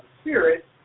Spirit